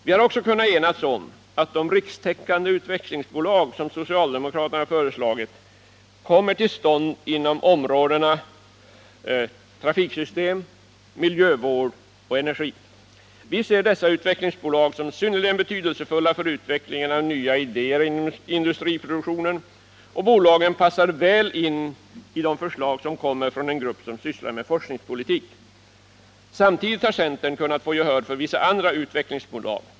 Vi har även kunnat enas om att de rikstäckande utvecklingsbolag som socialdemokraterna har föreslagit kommer till stånd inom områdenas trafiksystem, miljövård och energi. Vi ser dessa utvecklingsbolag som synnerligen betydelsefulla för utveckling av nya idéer inom industriproduktionen, och bolagen passar väl in i de förslag som kommer från en grupp som sysslar med forskningspolitik. Samtidigt har centern kunnat få gehör för vissa andra utvecklingsbolag.